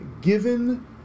given